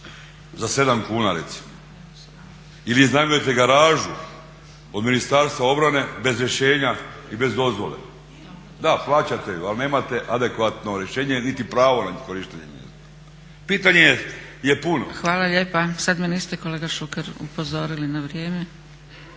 za 7 kuna recimo, ili iznajmljujete garažu od Ministarstva obrane bez rješenja i bez dozvole. Da, plaćate ju ali nemate adekvatno rješenje niti pravo na korištenje njeno. Pitanje je puno. **Zgrebec, Dragica (SDP)** Hvala lijepa. Sad me niste kolega Šuker upozorili na vrijeme